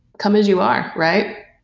come as you are, right?